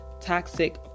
toxic